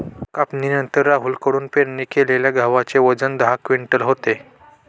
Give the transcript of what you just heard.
कापणीनंतर राहुल कडून पेरणी केलेल्या गव्हाचे वजन दहा क्विंटल होते